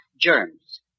Germs